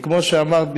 כי כמו שאמרת,